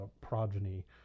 progeny